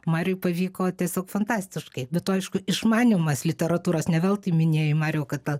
mariui pavyko tiesiog fantastiškai be to aišku išmanymas literatūros ne veltui minėjai mariau kad tą